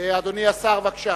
אדוני השר, בבקשה.